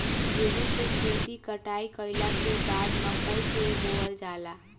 गेहूं के खेती कटाई कइला के बाद मकई के बोअल जाला